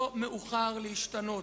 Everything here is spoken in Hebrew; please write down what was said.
לא מאוחר להשתנות.